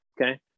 Okay